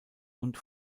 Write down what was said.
und